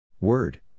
Word